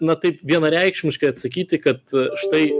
na taip vienareikšmiškai atsakyti kad štai